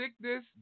Sickness